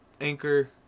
Anchor